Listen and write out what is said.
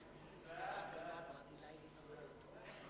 סעיפים 1 3 נתקבלו.